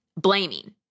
blaming